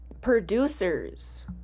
producers